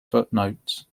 footnotes